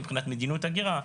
מבחינת מדיניות הגירה,